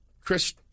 Chris